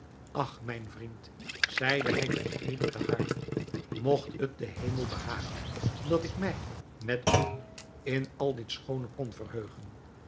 ach mijn vriend zeide hij tot ebn thahar mogt het den hemel behagen dat ik mij met u in al dit schoone kon verheugen